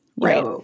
Right